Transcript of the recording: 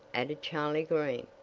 added charley green.